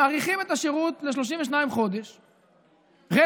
מאריכים את השירות ל-32 חודש רטרואקטיבית,